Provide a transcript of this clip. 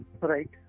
Right